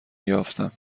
یافتم